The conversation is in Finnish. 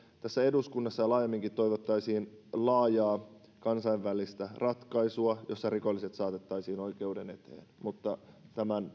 tässä eduskunnassa ja laajemminkin toivottaisiin laajaa kansainvälistä ratkaisua jossa rikolliset saatettaisiin oikeuden eteen mutta tämän